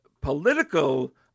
political